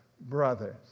brothers